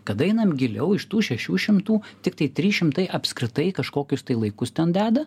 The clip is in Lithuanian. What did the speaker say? kada einame giliau iš tų šešių šimtų tiktai trys šimtai apskritai kažkokius tai laikus ten deda